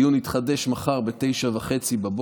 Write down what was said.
הדיון יתחדש מחר ב-09:30,